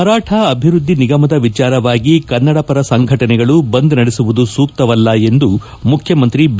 ಮರಾಠ ಅಭಿವ್ಯದ್ದಿ ನಿಗಮದ ವಿಚಾರವಾಗಿ ಕನ್ನಡಪರ ಸಂಘಟನೆಗಳು ಬಂದ್ ನಡೆಸುವುದು ಸೂಕ್ತವಲ್ಲ ಎಂದು ಮುಖ್ಚಮಂತ್ರಿ ಬಿ